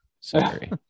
Sorry